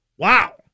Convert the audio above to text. Wow